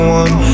one